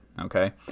okay